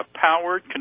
powered